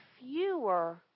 fewer